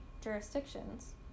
jurisdictions